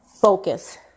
focus